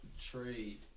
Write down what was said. trade